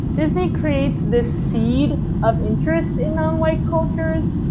disney creates this seed of interest in non-white cultures,